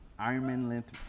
Ironman-length